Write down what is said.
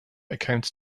accounts